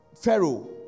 Pharaoh